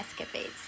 escapades